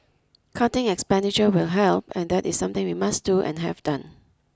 cutting expenditure will help and that is something we must do and have done